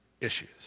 issues